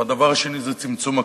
והדבר השני הוא צמצום הכיתות.